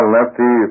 Lefty